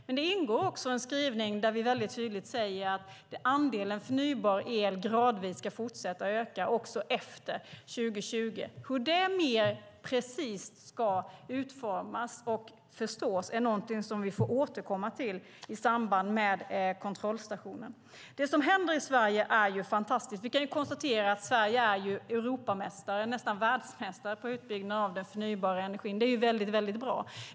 Det ingår också en tydlig skrivning om att andelen förnybar el gradvis ska fortsätta att öka också efter 2020. Hur detta mer precist ska utformas är förstås något vi får återkomma till i samband med kontrollstationen. Det som händer i Sverige är fantastiskt. Vi kan konstatera att Sverige är Europamästare, nästan världsmästare, på utbyggnaden av den förnybara energin. Det är bra.